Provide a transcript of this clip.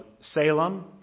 Salem